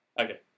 Okay